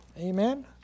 Amen